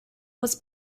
was